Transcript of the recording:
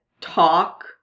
talk